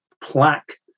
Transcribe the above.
plaque